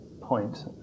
point